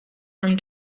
from